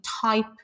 type